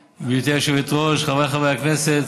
היושבת-ראש, חבריי חברי הכנסת,